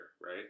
right